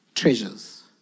treasures